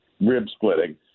rib-splitting